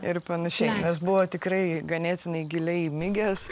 ir panašiai nes buvo tikrai ganėtinai giliai įmigęs